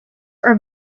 are